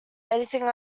anything